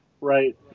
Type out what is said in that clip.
Right